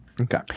Okay